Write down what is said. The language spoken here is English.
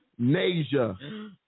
Nasia